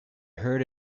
heard